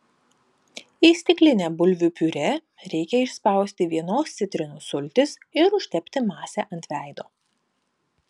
į stiklinę bulvių piurė reikia išspausti vienos citrinos sultis ir užtepti masę ant veido